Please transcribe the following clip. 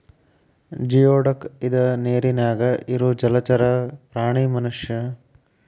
geoduck ಇದ ನೇರಿನ್ಯಾಗ ಇರು ಜಲಚರ ಪ್ರಾಣಿ ಮನಷ್ಯಾ ಆಹಾರವಾಗಿ ಬಳಸತಾರ